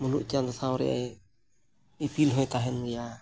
ᱢᱩᱞᱩᱜ ᱪᱟᱸᱫᱳ ᱥᱟᱶ ᱨᱮ ᱤᱯᱤᱞ ᱦᱚᱸᱭ ᱛᱟᱦᱮᱱ ᱜᱮᱭᱟ